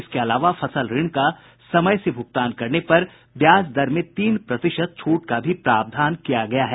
इसके अलावा फसल ऋण का समय से भुगतान करने पर ब्याज दर में तीन प्रतिशत छूट का भी प्रावधान किया गया है